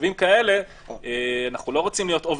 במצבים כאלה אנחנו לא רוצים להיות אובר-פטרנליסטיים,